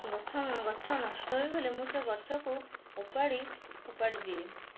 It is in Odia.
ଗଛ ଗଛ ନଷ୍ଟ ହୋଇଗଲେ ମୁଁ ସେ ଗଛକୁ ଓପାଡ଼ି ଫୋପାଡ଼ି ଦିଏ